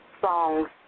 Songs